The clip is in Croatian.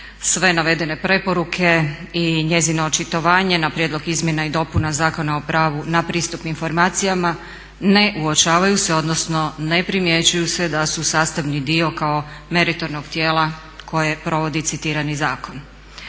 Sve navedene preporuke i njezino očitovanje na prijedlog izmjena i dopuna Zakona o pravu na pristup informacijama ne uočavaju se, odnosno ne primjećuju se da su sastavni dio kao meritornog tijela koje provodi citirani zakon.